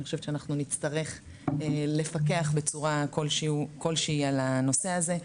אני חושבת שנצטרך לפקח בצורה כלשהיא על הנושא הזה.